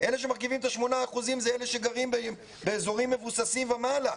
אלה שמרכיבים את שמונת האחוזים הם אלה שגרים באזורים מבוססים ומעלה.